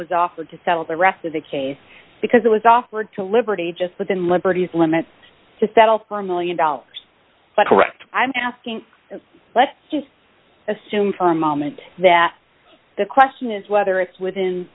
was offered to settle the rest of the case because it was offered to liberty just within liberties limits to settle for a one million dollars but correct i'm asking let's just assume for a moment that the question is whether it's within